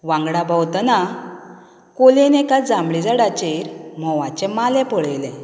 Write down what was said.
वांगडा भोंवतना कोलेन एका जांबळे झाडाचेर म्होवाचें मालें पळयलें